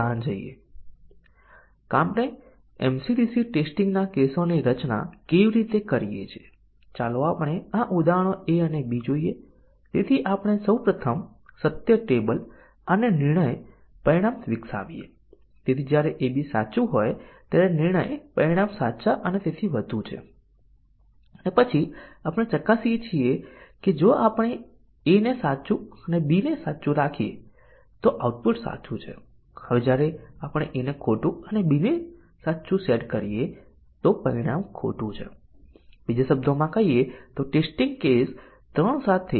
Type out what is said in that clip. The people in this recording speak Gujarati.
હવે આપણે શું કરીએ આપણે ટેસ્ટીંગ ના ઓછા કેસોની સંખ્યા સાથે બહુવિધ કન્ડિશન ના કવરેજની સંપૂર્ણતા કેવી રીતે પ્રાપ્ત કરી શકીએ છીએ આપણે લાખો ટેસ્ટીંગ ના કેસો ચલાવી શકતા નથી આપણે એટોમિક કન્ડિશન ઓમાં સંખ્યાબંધ ટેસ્ટીંગ ના કિસ્સાઓમાં લીનીયર સંખ્યામાં ટેસ્ટીંગ ના કિસ્સાઓ હોઈ શકે